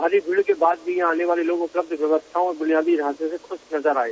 भारी भीड़ के बाद भी यहां आने वाले लोग उपलब्ध व्यवस्थाओं और बुनियादी ढांचों से खुश नजर आये